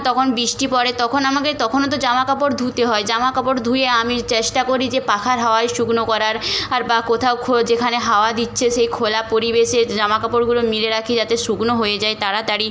তখন বৃষ্টি পড়ে তখন আমাকে তখনও তো জামা কাপড় ধুতে হয় জামা কাপড় ধুয়ে আমি চেষ্টা করি যে পাখার হাওয়ায় শুকনো করার আর বা কোথাও খো যেখানে হাওয়া দিচ্ছে সেই খোলা পরিবেশে জামা কাপড়গুলো মেলে রাখি যাতে শুকনো হয়ে যায় তাড়াতাড়ি